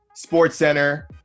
SportsCenter